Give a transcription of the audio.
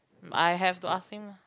I have to ask him lah